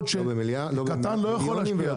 קטן לא יכול להשקיע.